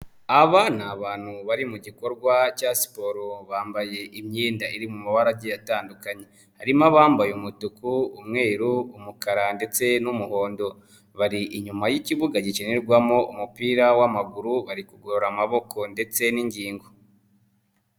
Aba ni abantu bari mu gikorwa cya siporo bambaye imyenda iri mu mabara agiye atandukanye, harimo abambaye umutuku, umweru, umukara ndetse n'umuhondo bari inyuma y'ikibuga gikinirwamo umupira w'amaguru bari kugorora amaboko ndetse n'ingingo.